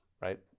right